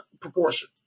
proportion